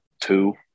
two